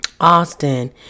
Austin